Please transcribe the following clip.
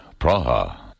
Praha